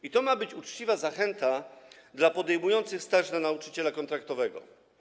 I to ma być uczciwa zachęta dla podejmujących staż na stopień nauczyciela kontraktowego?